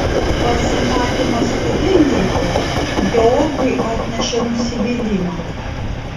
pasimatymas su heinrichu georgui atnešė nusivylimą